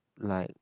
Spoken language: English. like